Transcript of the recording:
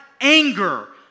anger